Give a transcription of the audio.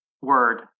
word